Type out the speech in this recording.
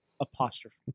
apostrophe